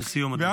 לסיום, אדוני.